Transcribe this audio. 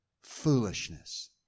foolishness